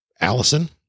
Allison